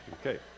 Okay